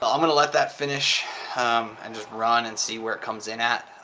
um going to let that finish and just run and see where it comes in at